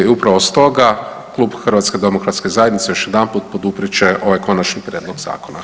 I upravo stoga Klub HDZ-a još jedanput poduprijet će ovaj konačni prijedlog zakona.